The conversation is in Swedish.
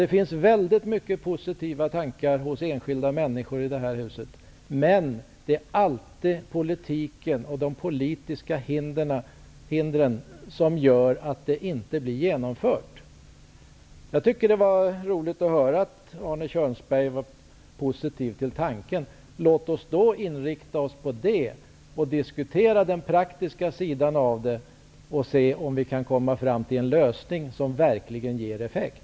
Det finns väldigt många positiva tankar hos enskilda människor i det här huset, men det är alltid politiken och de politiska hindren som gör att de inte blir genomförda. Jag tycker att det var roligt att höra att Arne Kjörnsberg var positiv till den tanke jag framförde. Låt oss då inrikta oss på det och diskutera den praktiska sidan för att se om vi kan komma fram till en lösning som verkligen ger effekt.